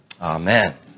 Amen